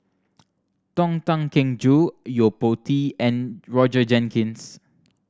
Tony Tan Keng Joo Yo Po Tee and Roger Jenkins